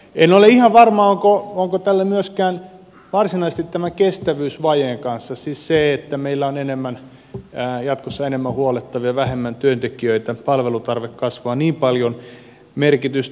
en ole ihan varma onko tällä myöskään varsinaisesti tämän kestävyysvajeen suhteen siis sen että meillä on jatkossa enemmän huollettavia vähemmän työntekijöitä palvelutarve kasvaa niin paljon merkitystä